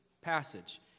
passage